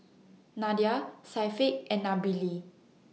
Nadia Syafiq and Nabila